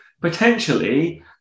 potentially